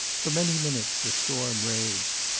for many minutes the storm raged.